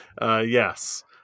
Yes